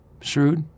shrewd